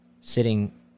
sitting